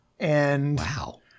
Wow